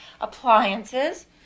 appliances